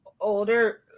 older